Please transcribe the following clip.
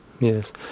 Yes